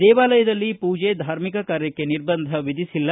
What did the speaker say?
ದೇವಾಲಯದಲ್ಲಿ ಪೂಜೆ ಧಾರ್ಮಿಕ ಕಾರ್ಯಕ್ಕೆ ನಿರ್ಬಂಧ ವಿಧಿಸಿಲ್ಲ